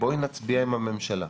בואי נצביע עם הממשלה,